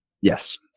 Yes